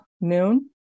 noon